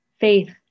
faith